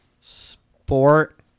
sport